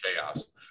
chaos